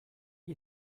are